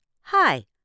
Hi